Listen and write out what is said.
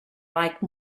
like